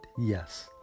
Yes